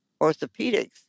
orthopedics